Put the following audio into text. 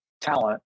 talent